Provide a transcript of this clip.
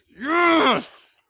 Yes